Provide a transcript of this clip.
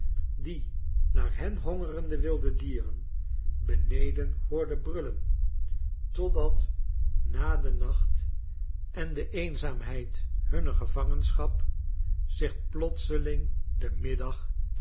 die naar hen hongerende wilde dieren beneden hoorden brullen totdat na den nacht en de eenzaampickeks schetsen uit amerika en taf'ereelen uit italic tafereelen uit italie held hunner gevangenschap zich plotseling de middag